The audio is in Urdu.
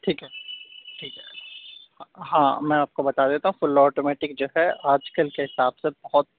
ٹھیک ہے ٹھیک ہے ہاں میں آپ کو بتا دیتا ہوں فل آٹومیٹک جو ہے آج کل کے حساب سے بہت